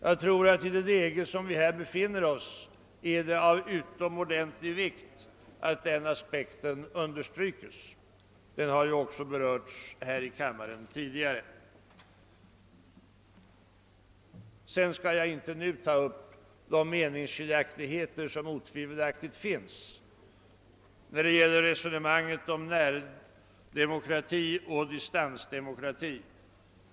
Jag tror att det i det läge vi befinner oss i är av utomordentligt stor vikt att den aspekten understrykes; den har också tidigare berörts här i kammaren. Jag skall inte nu ta upp de meningsskiljaktigheter som otvivelaktigt föreligger när det gäller diskussionen om närdemokrati och distansdemokrati.